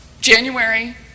January